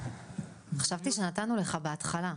חשבתי שנתנו לך כבר בהתחלה.